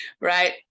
Right